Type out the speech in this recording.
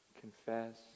Confess